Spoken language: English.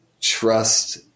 trust